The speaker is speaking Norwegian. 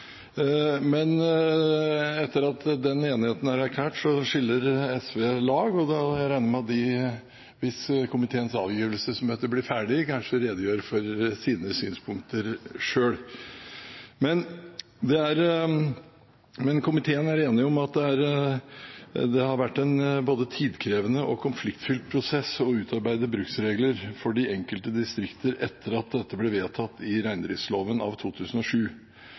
Men etter at den enigheten er erklært, skiller SV lag, og jeg regner med at de, hvis komiteens avgivelsesmøte blir ferdig, redegjør for sine synspunkter selv. Komiteen er enig om at det har vært en både tidkrevende og konfliktfylt prosess å utarbeide bruksregler for de enkelte distrikter etter at dette ble vedtatt i reindriftsloven av 2007.